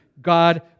God